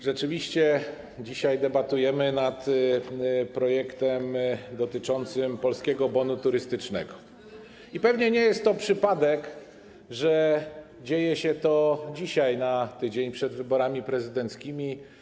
Rzeczywiście dzisiaj debatujemy nad projektem dotyczącym Polskiego Bonu Turystycznego i pewnie nie jest to przypadek, że dzieje się to na tydzień przed wyborami prezydenckimi.